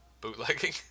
bootlegging